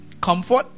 comfort